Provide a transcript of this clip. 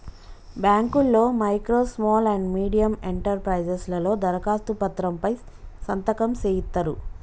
బాంకుల్లో micro small and medium enterprises లలో దరఖాస్తు పత్రం పై సంతకం సేయిత్తరు